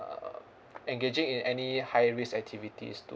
uh engaging in any high risk activities too